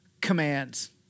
commands